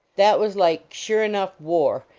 that was like sure enough war,